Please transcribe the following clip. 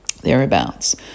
thereabouts